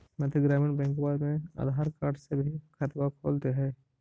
मध्य ग्रामीण बैंकवा मे आधार कार्ड से भी खतवा खोल दे है?